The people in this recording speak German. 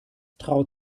traut